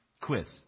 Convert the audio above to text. quiz